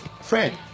Friend